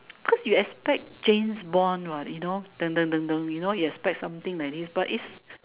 cause you expect James Bond what you know you know you expect something like this but is